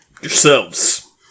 Yourselves